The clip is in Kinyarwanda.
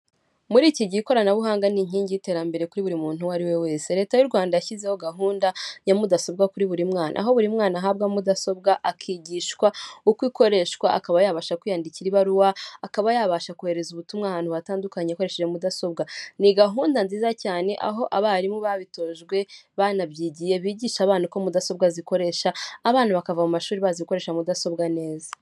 Muri iki gihe ikoranabuhanga ni inkingi y'iterambere kuri buri muntu uwo ari we wese leta y'u Rwanda yashyizeho gahunda ya mudasobwa kuri buri mwana, aho buri mwana ahabwa mudasobwa akigishwa uko ikoreshwa akaba yabasha kwiyandikira ibaruwa akaba yabasha kohereza ubutumwa ahantu hatandukanye akoresheje mudasobwa. Ni gahunda nziza cyane aho abarimu babitojwe banabyigiye bigisha abana uko mudasobwa zikoresha abana bakava mu mashuri bazi gukoresha mudasobwa neza.